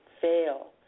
fail